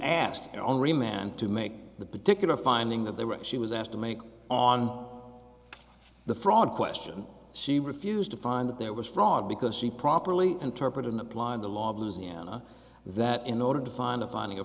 already man to make the particular finding that they were she was asked to make on the fraud question she refused to find that there was fraud because she properly interpret and apply the law of louisiana that in order to find a finding